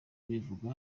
abivuga